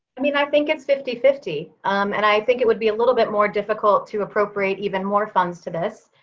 i mean, i think it's fifty fifty. um and i think it would be a little bit more difficult to appropriate even more funds to this,